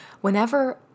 Whenever